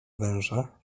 węża